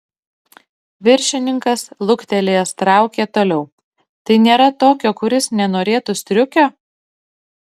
viršininkas luktelėjęs traukė toliau tai nėra tokio kuris nenorėtų striukio